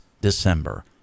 December